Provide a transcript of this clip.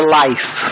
life